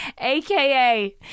AKA